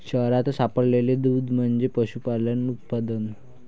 शहरात सापडलेले दूध म्हणजे पशुपालन उत्पादन